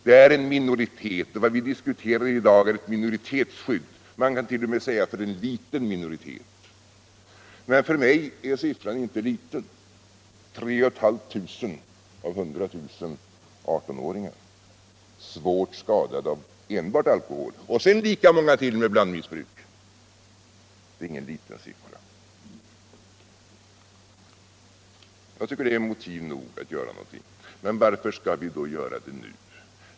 Det är en minoritet. Vad vi diskuterar i dag är ett minoritetsskydd. Man kan t.o.m. säga skydd för en liten minoritet. Men för mig är siffran inte liten — tre och ett halvt tusen av 100 000 18-åringar svårt skadade av enbart alkohol, och sedan lika många till med blandmissbruk — det är ingen liten siffra! Jag tycker att detta är motiv nog för att göra någonting. Men varför skall vi göra det nu?